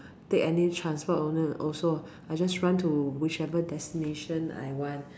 take any transport also also I just run to whichever destination I want